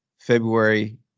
February